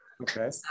Okay